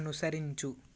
అనుసరించు